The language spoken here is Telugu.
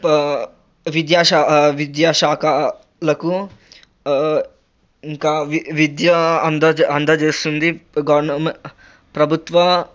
ప విద్యాశా విద్యాశాకలకు ఇంకా విద్య అంద అందచేస్తుంది గవర్నమె ప్రభుత్వ